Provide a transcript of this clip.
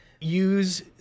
use